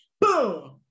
boom